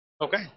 Okay